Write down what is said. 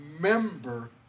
remember